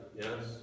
Yes